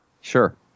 Sure